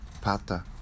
pata